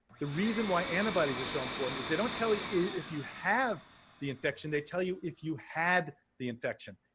the reason why antibodies are so important is they don't tell you you if you have the infection. they tell you if you had the infection.